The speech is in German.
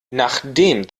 nachdem